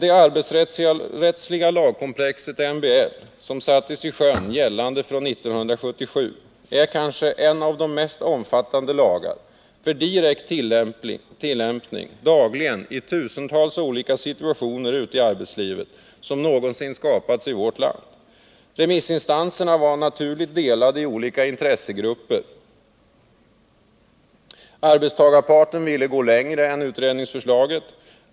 Nr 40 Det arbetsrättsliga lagkomplexet MBL som sattes i sjön, gällande från 1977, Torsdagen den är kanske en av de mest omfattande lagar, för direkt tillämpning dagligen i 29 november 1979 tusentals olika situationer ute i arbetslivet, som någonsin skapats i vårt land. Remissinstanserna var naturligt delade i olika intressegrupper. Arbetstagar — Medbestämmanparten ville gå längre än utredningsförslaget.